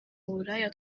uburaya